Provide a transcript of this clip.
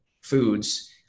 foods